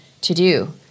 to-do